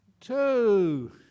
Two